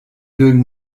doing